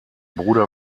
bruder